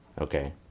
Okay